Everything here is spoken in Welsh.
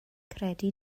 credu